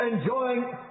enjoying